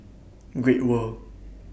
Great World